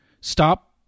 stop